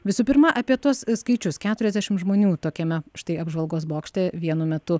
visų pirma apie tuos skaičius keturiasdešim žmonių tokiame štai apžvalgos bokšte vienu metu